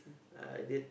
I did